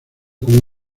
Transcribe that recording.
como